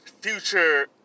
future